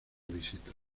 visitas